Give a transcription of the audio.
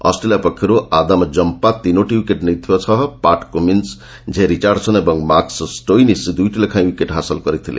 Australia ପକ୍ଷରୁ Adam Zampa ତିନୋଟି wicket ନେବା ସହ ପାଟ କୁମିନ୍ସ ଝେ ରିଚାର୍ଡସନ୍ ଏବଂ ମାର୍କସ୍ ଷ୍ଟୋଇନିସ୍ ଦୁଇଟି ଲେଖାଏଁ ଓ୍ପିକେଟ୍ ହାସଲ କରିଥିଲେ